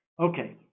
Okay